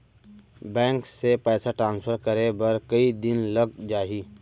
Bank से पइसा transfer करे बर कई दिन लग जाही?